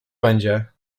będzie